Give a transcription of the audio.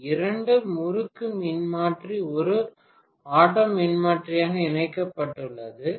பேராசிரியர் இரண்டு முறுக்கு மின்மாற்றி ஒரு ஆட்டோ மின்மாற்றியாக இணைக்கப்பட்டுள்ளது